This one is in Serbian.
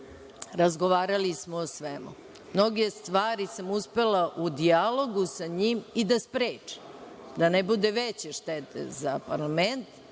Razgovarali smo o svemu, mnoge stvari sam uspela u dijalogu sa njim i da sprečim, da ne bude veće štete za parlament,